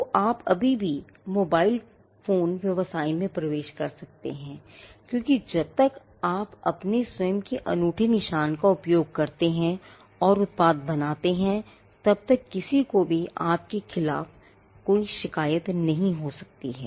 तो आप अभी भी मोबाइल फोन व्यवसाय में प्रवेश कर सकते हैं क्योंकि जब तक आप अपने स्वयं के अनूठे चिह्न का उपयोग करते हैं और उत्पाद बनाते हैं तब तक किसी को भी आपके खिलाफ कोई शिकायत नहीं हो सकती है